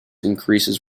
increases